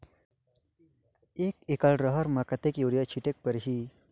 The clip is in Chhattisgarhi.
एक एकड रहर म कतेक युरिया छीटेक परही?